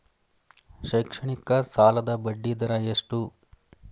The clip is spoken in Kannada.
ಶೈಕ್ಷಣಿಕ ಸಾಲದ ಬಡ್ಡಿ ದರ ಎಷ್ಟು?